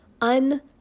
un